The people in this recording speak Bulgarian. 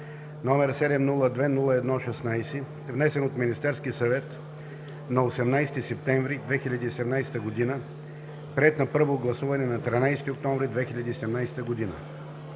№ 702-01-16, внесен от Министерския съвет на 18 септември 2017 г., приет на първо гласуване на 13 октомври 2017 г.